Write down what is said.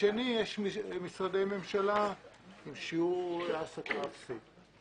שני יש משרדי ממשלה עם שיעור העסקה אפסי.